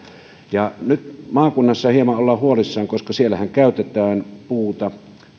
nyt maakunnissa hieman ollaan huolissaan koska siellähän käytetään puuta